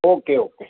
okay okay